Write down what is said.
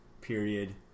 Period